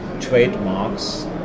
trademarks